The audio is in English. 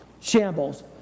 shambles